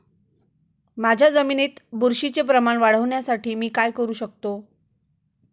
माझ्या जमिनीत बुरशीचे प्रमाण वाढवण्यासाठी मी काय करू शकतो?